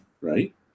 Right